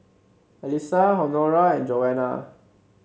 Elissa Honora and Joana